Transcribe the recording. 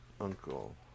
uncle